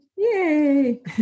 Yay